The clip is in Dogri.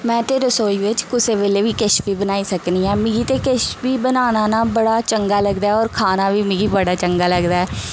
में ते रसोई बिच्च कुसै बैल्ले बी कुछ बी बनाई सकनी आं मिगी ते किश बी बनान बड़ा चंगा लगदा ऐ होर खाना बी मिगी बड़ा चंगा लगदा ऐ